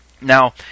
now